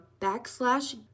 backslash